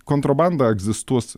kontrabanda egzistuos